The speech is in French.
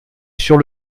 sur